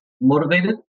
motivated